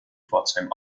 pforzheim